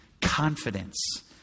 Confidence